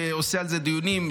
שעושה על זה דיונים.